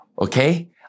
Okay